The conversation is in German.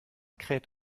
kräht